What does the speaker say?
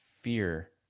fear